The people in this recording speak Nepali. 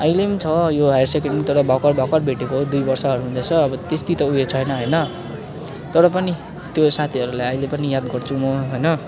अहिले पनि छ यो हायर सेकेन्डेरी तर भर्खर भर्खर भेटेको हो दुई वर्षहरू हुँदैछ अब त्यति त उयो छैन होइन तर पनि त्यो साथीहरूलाई अहिले पनि याद गर्छु म होइन